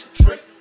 trick